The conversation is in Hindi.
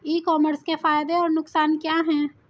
ई कॉमर्स के फायदे और नुकसान क्या हैं?